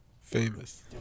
Famous